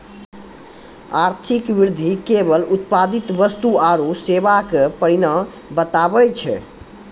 आर्थिक वृद्धि केवल उत्पादित वस्तु आरू सेवा के परिमाण बतबै छै